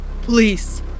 Please